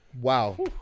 wow